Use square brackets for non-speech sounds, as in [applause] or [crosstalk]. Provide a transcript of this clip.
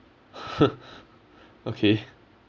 [laughs] ok